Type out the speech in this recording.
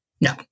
No